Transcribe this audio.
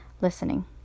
listening